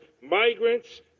migrants